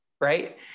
right